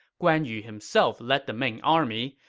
guan yu himself led the main army,